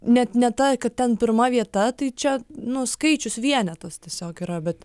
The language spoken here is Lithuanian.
net ne ta kad ten pirma vieta tai čia nu skaičius vienetas tiesiog yra bet